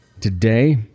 today